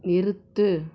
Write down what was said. நிறுத்து